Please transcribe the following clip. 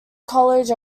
college